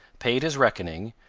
paid his reckoning,